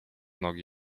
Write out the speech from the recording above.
nogi